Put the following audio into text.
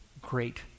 great